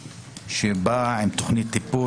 שבא עם תכנית טיפול.